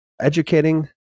educating